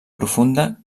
profunda